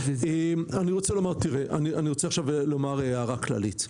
אני רוצה לומר עכשיו הערה כללית: